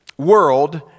World